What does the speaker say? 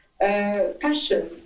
Passion